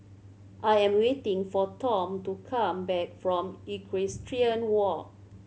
I am waiting for Tom to come back from Equestrian Walk